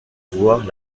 voir